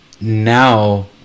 now